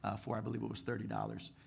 ah for i believe it was thirty dollars.